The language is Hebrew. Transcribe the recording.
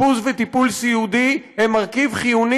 אשפוז וטיפול סיעודי הם מרכיב חיוני